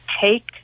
take